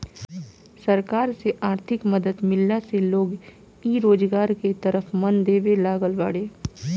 सरकार से आर्थिक मदद मिलला से लोग इ रोजगार के तरफ मन देबे लागल बाड़ें